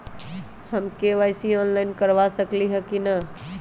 हम KYC online करवा सकली ह कि न?